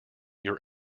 your